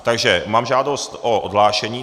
Takže mám žádost o odhlášení.